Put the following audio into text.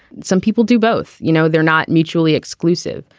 some people do both you know they're not mutually exclusive.